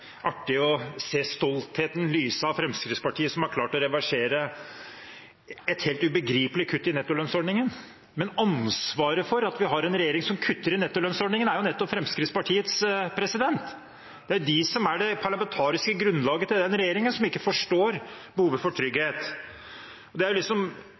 artig å se stoltheten lyse av Fremskrittspartiet, som har klart å reversere et helt ubegripelig kutt i nettolønnsordningen, men ansvaret for at vi har en regjering som kutter i nettolønnsordningen, er nettopp Fremskrittspartiets. Det er de som er det parlamentariske grunnlaget til denne regjeringen, som ikke forstår behovet for trygghet. Den ektheten som Fremskrittspartiet har overfor sjøfolkene, er det